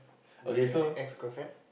is it your ex ex girlfriend